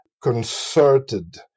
concerted